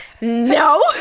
No